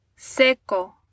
seco